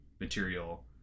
material